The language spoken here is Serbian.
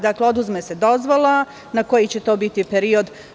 Dakle, oduzme se dozvola, na koji će to biti period?